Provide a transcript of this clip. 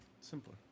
simpler